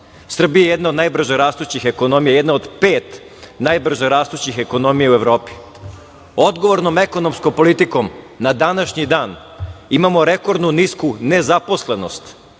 Srbija je jedna od najbrže rastućih ekonomija, jedna od pet najbrže rastućih ekonomija u Evropi. Odgovornom ekonomskom politikom na današnji dan imamo rekordnu nisku nezaposlenost